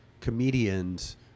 comedians